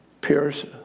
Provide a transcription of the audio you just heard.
pierce